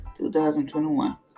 2021